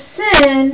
sin